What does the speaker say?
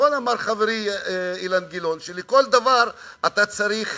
נכון אמר חברי אילן גילאון, שלכל דבר אתה צריך